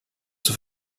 zur